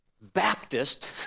Baptist